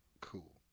Cool